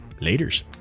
laters